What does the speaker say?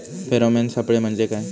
Pheromone सापळे म्हंजे काय?